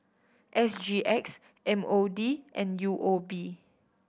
S G X M O D and U O B